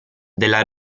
della